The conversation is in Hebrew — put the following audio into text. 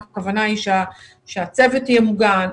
הכוונה היא שהצוות יהיה מוגן,